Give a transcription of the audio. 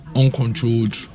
uncontrolled